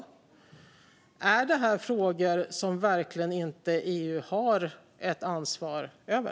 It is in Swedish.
Är detta verkligen frågor som EU inte har ett ansvar för?